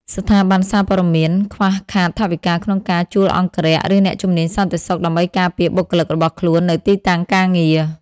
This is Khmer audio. ស្ថាប័នសារព័ត៌មានខ្វះខាតថវិកាក្នុងការជួលអង្គរក្ស ឬអ្នកជំនាញសន្តិសុខដើម្បីការពារបុគ្គលិករបស់ខ្លួននៅទីតាំងការងារ។